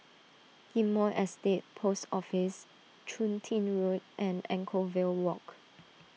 Ghim Moh Estate Post Office Chun Tin Road and Anchorvale Walk